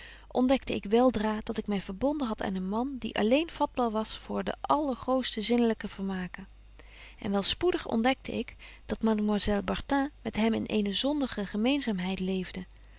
ontdekte ik wel dra dat ik my verbonden had aan een man die alleen vatbaar was voor de allergrofste zinnelyke vermaken en wel spoedig ontdekte ik dat mademoiselle bartin met hem in eene zondige gemeenzaamheid leefde